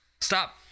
Stop